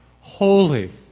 Holy